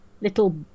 little